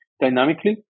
dynamically